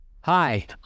Hi